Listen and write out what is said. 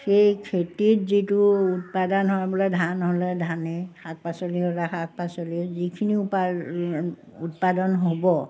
সেই খেতিত যিটো উৎপাদন হয় বোলে ধান হ'লে ধানেই শাক পাচলি হ'লে শাক পাচলি যিখিনি উৎপাদন হ'ব